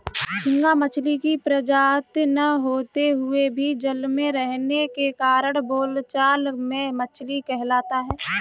झींगा मछली की प्रजाति न होते हुए भी जल में रहने के कारण बोलचाल में मछली कहलाता है